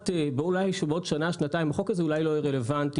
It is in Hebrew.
בעוד שנה או שנתיים החוק הזה אולי לא יהיה רלוונטי,